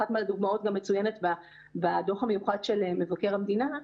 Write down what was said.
אחת מהדוגמאות גם מצוינת בדוח המיוחד של מבקר המדינה.